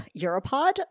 Europod